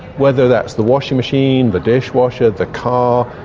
whether that's the washing machine, the dishwasher, the car,